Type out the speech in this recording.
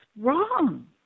wrong